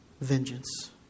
vengeance